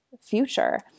future